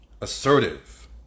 assertive